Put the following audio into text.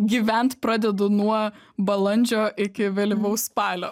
gyvent pradedu nuo balandžio iki vėlyvaus spalio